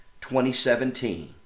2017